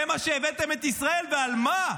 זה מה שהבאתם את ישראל, ועל מה?